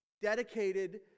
dedicated